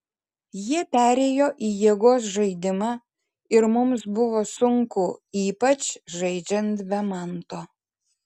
jie perėjo į jėgos žaidimą ir mums buvo sunku ypač žaidžiant be manto